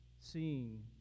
seeing